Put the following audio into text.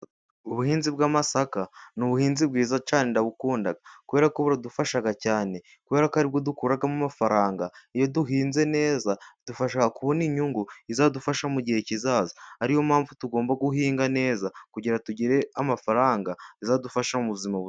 Ubuhinzi bw'amasaka, ni ubuhinzi bwiza cyane, ndabukunda kubera ko budufasha cyane kubera ko aribwo dukuramo amafaranga. Iyo duhinze neza budufasha kubona inyungu, izadufasha mu gihe kizaza, ariyo mpamvu tugomba guhinga neza kugira ngo tugire amafaranga azadufasha mu buzima.